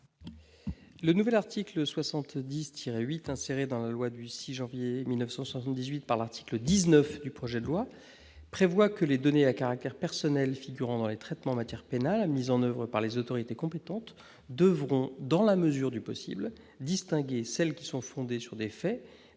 Le nouvel article 70-8 inséré dans la loi du 6 janvier 1978 par l'article 19 du présent projet de loi prévoit que les données à caractère personnel figurant dans les traitements en matière pénale mis en oeuvre par les autorités compétentes devront, « dans la mesure du possible », distinguer celles qui sont fondées sur des faits